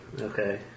Okay